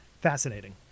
fascinating